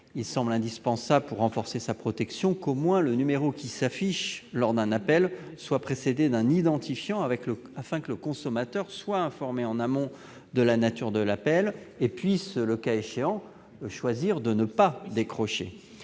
il semble indispensable, pour renforcer sa protection, que le numéro qui s'affiche lors d'un appel soit précédé d'un identifiant d'appel, afin qu'il soit informé en amont de la nature de l'appel et puisse, le cas échéant, décider ou non de décrocher.